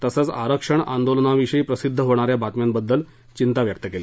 तसंच आरक्षण आंदोलनाविषयी प्रसिद्ध होणा या बातम्यांबद्दल चिंता व्यक्त केली